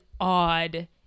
odd